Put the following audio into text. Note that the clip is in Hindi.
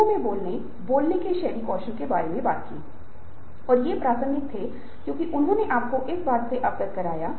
और वे विकसित होते हैं और वे अपनी गलतियों से सीखेंगे और वे खुद को विकसित करेंगे और वे कठिनाइयों को पार करेंगे और इसे एक कार्यात्मक मुकाबला व्यवहार कहा जाता है